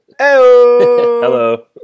Hello